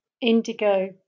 indigo